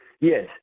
Yes